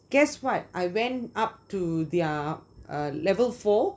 guess what I went up to their uh level four